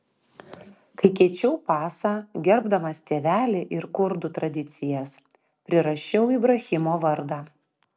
kai keičiau pasą gerbdamas tėvelį ir kurdų tradicijas prirašiau ibrahimo vardą